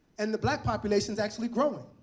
and the black population is actually growing.